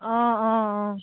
অঁ অঁ অঁ